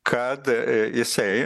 kad jisai